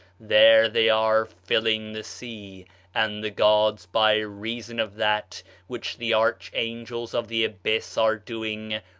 there they are filling the sea and the gods, by reason of that which the archangels of the abyss are doing,